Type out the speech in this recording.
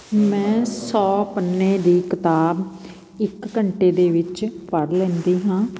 ਮੈਂ ਸੌ ਪੰਨੇ ਦੀ ਕਿਤਾਬ ਇੱਕ ਘੰਟੇ ਦੇ ਵਿੱਚ ਪੜ੍ਹ ਲੈਂਦੀ ਹਾਂ